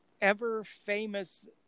ever-famous